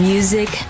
Music